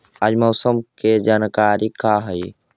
आज मौसम के जानकारी का हई?